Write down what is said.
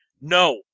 no